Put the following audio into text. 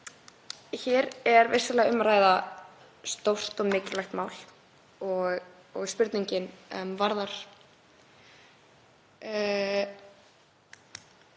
Hér er vissulega um að ræða stórt og mikilvægt mál og spurningin varðar